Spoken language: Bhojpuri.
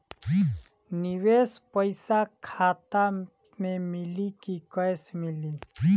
निवेश पइसा खाता में मिली कि कैश मिली?